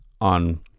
on